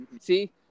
see